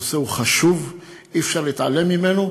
הנושא חשוב, אי-אפשר להתעלם ממנו.